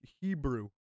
Hebrew